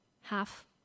half